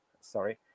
sorry